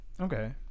Okay